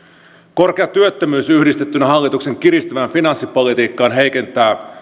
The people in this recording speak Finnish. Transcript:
korkea työttömyys yhdistettynä hallituksen kiristyvään finanssipolitiikkaan heikentää